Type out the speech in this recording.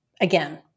again